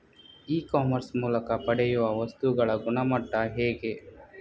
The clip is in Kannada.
ಇ ಕಾಮರ್ಸ್ ಮೂಲಕ ಪಡೆಯುವ ವಸ್ತುಗಳ ಗುಣಮಟ್ಟ ಹೇಗೆ?